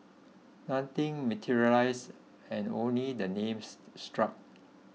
nothing materialised and only the names struck